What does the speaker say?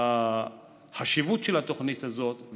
החשיבות של התוכנית הזאת,